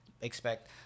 expect